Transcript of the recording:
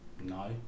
No